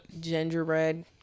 Gingerbread